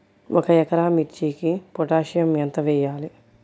ఒక ఎకరా మిర్చీకి పొటాషియం ఎంత వెయ్యాలి?